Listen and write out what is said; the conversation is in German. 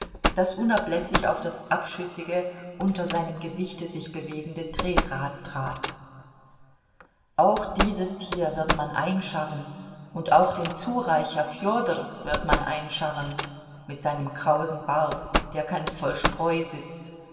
das unablässig auf das abschüssige unter seinem gewichte sich bewegende tretrad trat auch dieses tier wird man einscharren und auch den zureicher fjodor wird man einscharren mit seinem krausen bart der ganz voll spreu sitzt